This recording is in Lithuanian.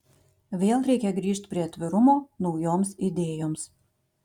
vėl reikia grįžt prie atvirumo naujoms idėjoms